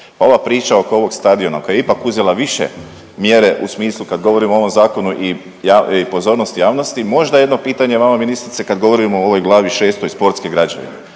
Pa ova priča oko ovog stadiona koji je ipak uzela više mjere u smislu kad govorimo o ovom Zakonu i pozornost javnosti, možda jedno pitanje vama, ministrice, kad govorimo o ovoj glavi 6. sportske građevine,